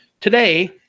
today